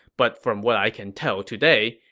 but from what i can tell today,